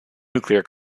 nuclear